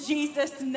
Jesus